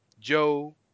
joe